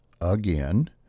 again